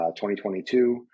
2022